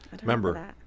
remember